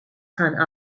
gaan